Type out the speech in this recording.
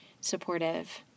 supportive